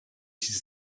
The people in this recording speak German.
dieses